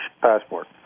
passport